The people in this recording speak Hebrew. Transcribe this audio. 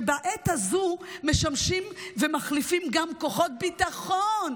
שבעת הזאת משמשים ומחליפים גם כוחות ביטחון,